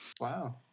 Wow